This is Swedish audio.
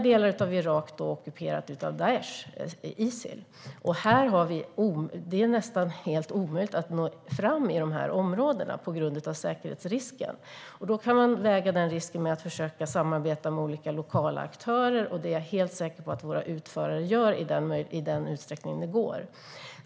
Delar av Irak är ockuperat av Daish/Isil. I dessa områden är det nästan helt omöjligt att nå fram på grund av säkerhetsrisken. Då kan man försöka samarbeta med olika lokala aktörer, vilket jag är helt säker på att våra utförare gör i den utsträckning som det går.